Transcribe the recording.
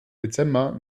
dezember